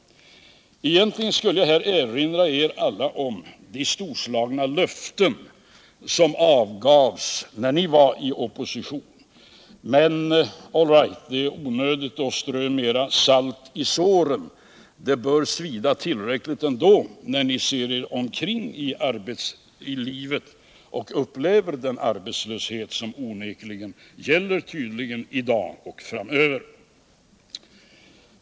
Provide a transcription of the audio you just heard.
Egentligen skulle jag här erinra er om alla de storslagna löften som avgavs när ni var i opposition, men det är onödigt att strö mera salt i såren. Det bör svida tillräckligt ändå, när ni ser er omkring i arbetslivet och upplever den arbetslöshet som finns i dag och som tydligen kommer att finnas framöver.